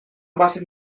bazen